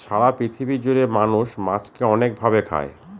সারা পৃথিবী জুড়ে মানুষ মাছকে অনেক ভাবে খায়